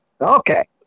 Okay